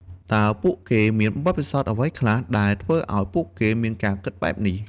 តើពួកគេមានបទពិសោធន៍អ្វីខ្លះដែលធ្វើឲ្យពួកគេមានការគិតបែបនេះ?